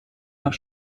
nach